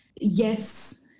yes